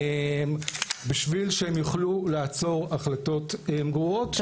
בשביל שהם יוכלו לעצור החלטות גרועות,